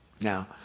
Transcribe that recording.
now